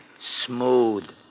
Smooth